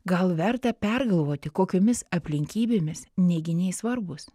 gal verta pergalvoti kokiomis aplinkybėmis neiginiai svarbūs